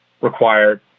required